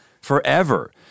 forever